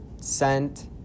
scent